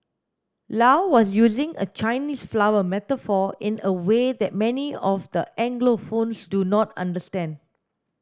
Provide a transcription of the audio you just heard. low was using a Chinese flower metaphor in a way that many of the Anglophones do not understand